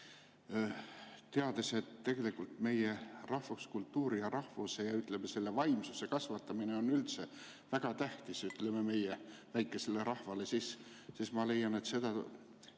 teades, et tegelikult meie rahvuskultuuri ja rahvuse ja, ütleme, selle vaimsuse kasvatamine on üldse väga tähtis meie väikesele rahvale, siis ma leian, et seda